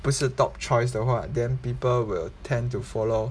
不是 top choice 的话 then people will tend to follow